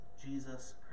jesus